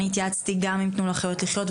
התייעצתי גם עם תנו לחיות לחיות,